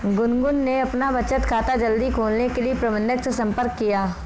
गुनगुन ने अपना बचत खाता जल्दी खोलने के लिए प्रबंधक से संपर्क किया